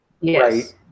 Yes